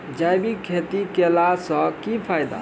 जैविक खेती केला सऽ की फायदा?